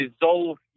dissolve